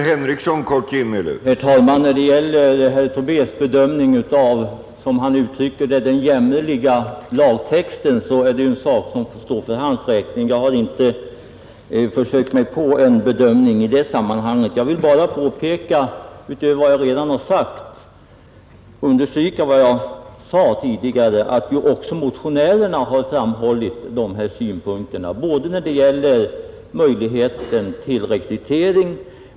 Herr talman! Herr Tobés bedömning av — som han uttrycker det — den jämmerliga lagtexten får ju stå för hans räkning. Jag har inte försökt mig på en bedömning i det sammanhanget. Jag vill bara understryka vad jag sade tidigare, att också motionärerna har framhållit de här synpunkterna när det gäller möjligheten till rekrytering.